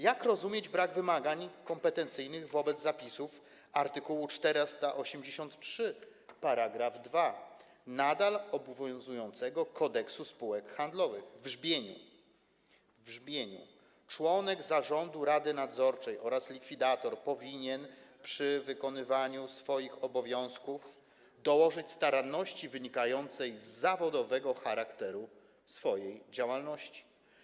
Jak rozumieć brak wymagań kompetencyjnych wobec zapisów art. 483 § 2 nadal obowiązującego Kodeksu spółek handlowych w brzmieniu: „Członek zarządu, rady nadzorczej oraz likwidator powinien przy wykonywaniu swoich obowiązków dołożyć staranności wynikającej z zawodowego charakteru swojej działalności”